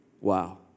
Wow